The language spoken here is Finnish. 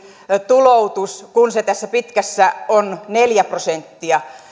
tuloutus kun se tässä pitkässä on neljä prosenttia